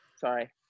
Sorry